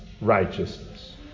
righteousness